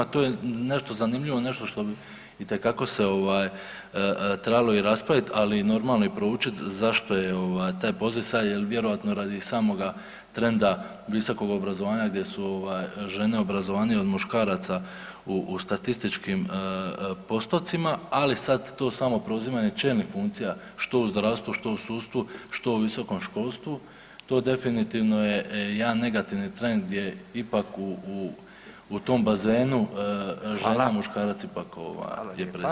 To je nešto zanimljivo, nešto što bi itekako se ovaj trebalo i raspraviti, ali i normalno proučit zašto je ovaj ta …/nerazumljivo/… jer vjerojatno radi samoga trenda visokog obrazovanja gdje su ovaj žene obrazovanije od muškaraca u statističkim postocima, ali sad to samo preuzimanje čelnih funkcija što u zdravstvu, što u sudstvu, što u visokom školstvu to definitivno je jedan negativni trend gdje ipak u tom bazenu žena, muškarac ipak ovaj je predsjednik.